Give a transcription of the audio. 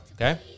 Okay